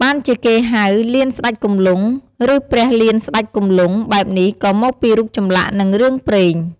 បានជាគេហៅ លានស្តេចគំលង់ ឬព្រះលានស្តេចគំលង់ បែបនេះក៏មកពីរូបចម្លាក់និងរឿងព្រេង។